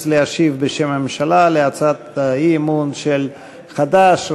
להשיב בשם הממשלה על הצעת האי-אמון של חד"ש,